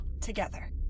Together